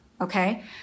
Okay